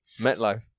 MetLife